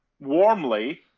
warmly